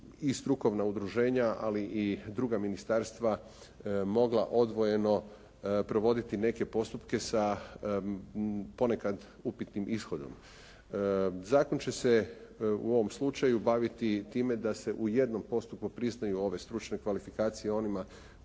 i strukovna udruženja, ali i druga ministarstva mogla odvojeno provoditi neke postupke sa ponekad upitnim ishodom. Zakon će se u ovom slučaju baviti i time da se u jednom postupku priznaju ove stručne kvalifikacije onima